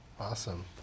Awesome